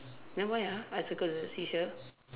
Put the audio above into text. then why ah I circle the seashell